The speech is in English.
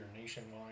Nationwide